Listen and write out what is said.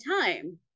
time